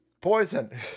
Poison